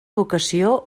vocació